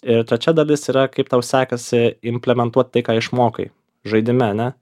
ir trečia dalis yra kaip tau sekasi implementuot tai ką išmokai žaidime ane